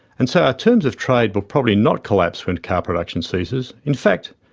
and so our terms of trade will probably not collapse when car production ceases. in fact,